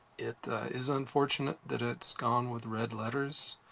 it is unfortunate that it's gone with red letters.